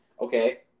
Okay